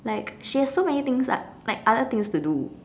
like she has so many things up like other things to do